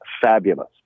fabulous